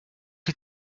die